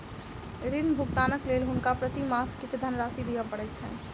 ऋण भुगतानक लेल हुनका प्रति मास किछ धनराशि दिअ पड़ैत छैन